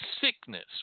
sickness